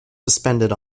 suspended